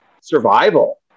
survival